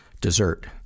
dessert